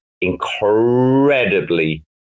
incredibly